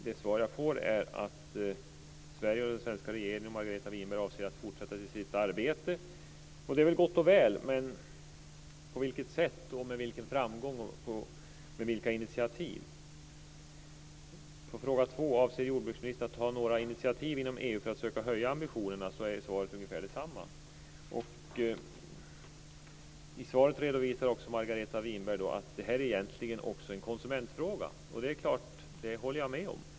Det svar jag får är att Sverige och den svenska regeringen och Margareta Winberg avser att fortsätta i sitt arbete. Det är väl gott och väl, men på vilket sätt? Med vilken framgång? Med vilka initiativ? På fråga två, om jordbruksministen avser att ta några initiativ inom EU för att söka höja ambitionerna, är svaret ungefär detsamma. I svaret redovisar också Margareta Winberg att det här egentligen också är en konsumentfråga. Det håller jag med om.